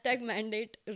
mandate